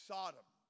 Sodom